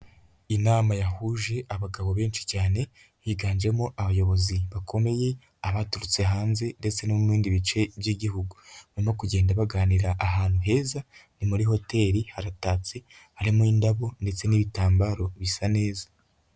Inama yahuje abagabo benshi cyane, higanjemo abayobozi bakomeye, abaturutse hanze ndetse no mu bindi bice by'igihugu, barimo kugenda baganira ahantu heza, ni muri hoteli, haratatse, harimo indabo ndetse n'ibitambaro, bisa neza.